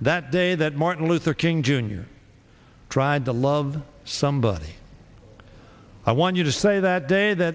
that day that martin luther king jr tried to love somebody i want you to say that day that